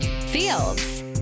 Fields